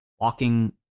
walking